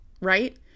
right